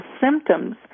symptoms